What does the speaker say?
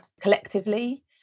collectively